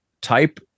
type